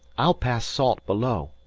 i'll pass salt below.